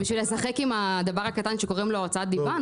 בשביל לשחק עם הדבר הקטן שקוראים לו הוצאת דיבה?